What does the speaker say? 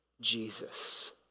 Jesus